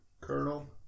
colonel